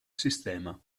sistema